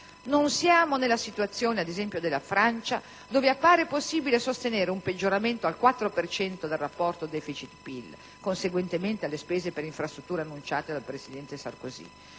Non siamo nella situazione, ad esempio, della Francia dove appare possibile sostenere un peggioramento al 4 per cento del rapporto deficit/PIL, conseguente alle spese per infrastrutture annunciate dal presidente Sarkozy.